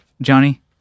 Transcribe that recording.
Johnny